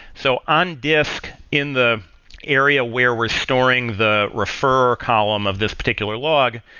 so on disk in the area where we're storing the refer column of this particular log,